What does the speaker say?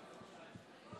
כשזה